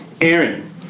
Aaron